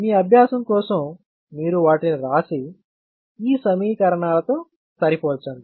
మీ అభ్యాసం కోసం మీరు వాటిని రాసి ఈ సమీకరణాలతో సరిపోల్చండి